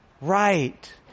right